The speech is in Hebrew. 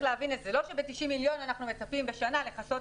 זה לא שב-90 מיליון שקלים אנחנו מצפים לכסות